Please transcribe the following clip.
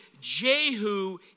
Jehu